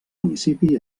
municipi